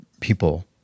people